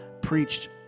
preached